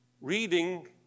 reading